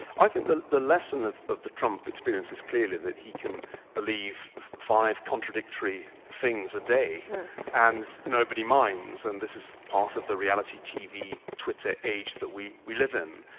i think the the lesson of of the trump experience is clearly that he can believe five contradictory things a day and nobody minds, and this is part of the reality tv, twitter age that we we live in,